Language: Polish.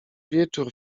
wieczór